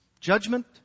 Judgment